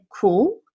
cool